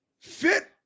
Fit